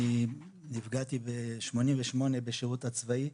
אני נפגעתי ב-1988 בשירות הצבאי.